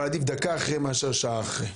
אבל עדיף דקה אחרי מאשר שעה אחרי.